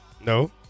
No